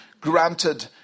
granted